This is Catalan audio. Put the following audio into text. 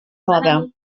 moda